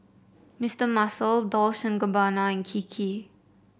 Mister Muscle Dolce and Gabbana and Kiki